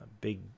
big